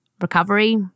recovery